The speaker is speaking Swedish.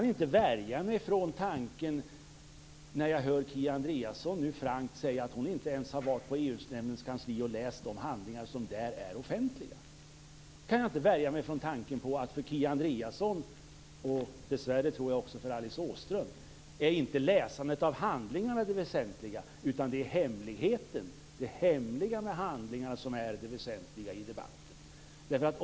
När jag nu hör Kia Andreasson helt frankt säga att hon inte ens varit på EU-nämndens kansli och läst de handlingar som där är offentliga, kan jag inte värja mig mot tanken på att det inte är läsandet av handlingarna som är det väsentliga för Kia Andreasson - och dessvärre inte heller för Alice Åström, tror jag - utan att det är det hemliga med handlingarna som är det väsentliga i debatten.